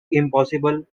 impossible